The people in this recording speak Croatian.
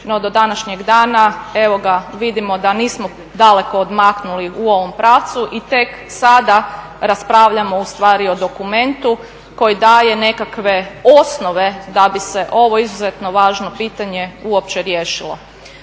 no do današnjeg dana vidimo da nismo daleko odmaknuli u ovom pravcu i tek sada raspravljamo ustvari o dokumentu koji daje nekakve osnove da bi se ovo izuzetno važno pitanje uopće riješilo.